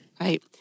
Right